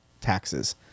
taxes